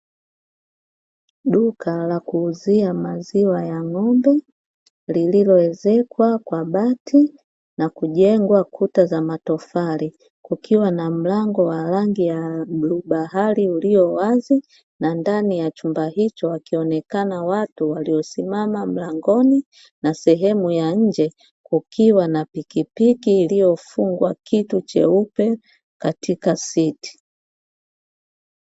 Duka la kuuzia maziwa ya ng'ombe lililoezekwa kwa bati na kujengwa kuta za matofali kukiwa na mlango wa rangi ya bluu bahari ulio wazi na ndani ya chumba hicho akionekana watu waliosimama mlangoni na sehemu ya nje kukiwa na pikipiki iliyofungwa kitu cheupe katika siti.